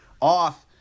off